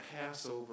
Passover